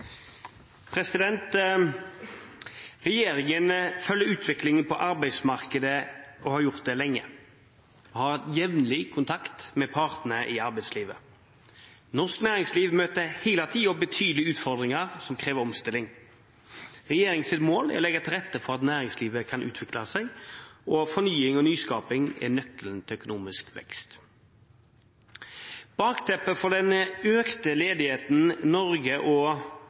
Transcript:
vedtatt. Regjeringen følger utviklingen på arbeidsmarkedet. Den har gjort det lenge og har hatt jevnlig kontakt med partene i arbeidslivet. Norsk næringsliv møter hele tiden betydelige utfordringer som krever omstilling. Regjeringens mål er å legge til rette for at næringslivet kan utvikle seg. Fornying og nyskaping er nøkkelen til økonomisk vekst. Bakteppet for den økte ledigheten Norge og